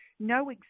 no